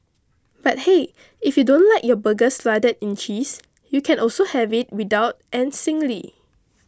but hey if you don't like your burgers flooded in cheese you can also have it without and singly